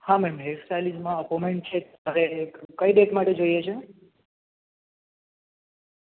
હા મેમ હેરસ્ટાઈલિસ્ટમાં અપોઈન્ટમેન્ટ છે હવે એક કઈ ડેટ માટે જોઈએ છે